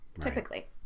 typically